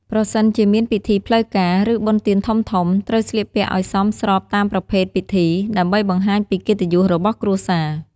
ប្រសិនជាមានពិធីផ្លូវការ ឬបុណ្យទានធំៗ ត្រូវស្លៀកពាក់ឲ្យសមស្របតាមប្រភេទពិធី ដើម្បីបង្ហាញពីកិត្តិយសរបស់គ្រួសារ។